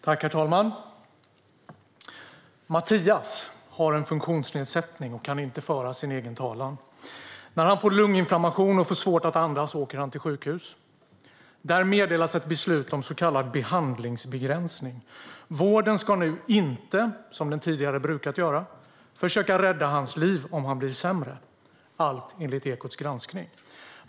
Herr talman! Mattias har en funktionsnedsättning och kan inte föra sin egen talan. När han får lunginflammation och får svårt att andas åker han till sjukhus. Där meddelas ett beslut om så kallad behandlingsbegränsning. Vården ska nu inte, som den brukat göra, försöka rädda hans liv om han blir sämre - allt enligt Ekots granskning.